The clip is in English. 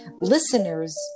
Listeners